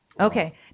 Okay